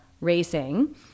racing